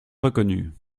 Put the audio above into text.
reconnues